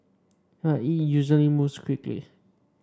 but it usually moves quickly